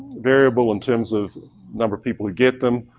variable in terms of number of people to get them.